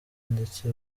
ndetse